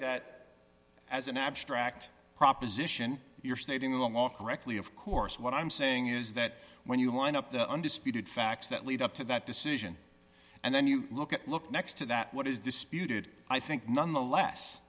that as an abstract proposition you're stating the law correctly of course what i'm saying is that when you wind up the undisputed facts that lead up to that decision and then you look at look next to that what is disputed i think nonetheless